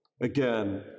Again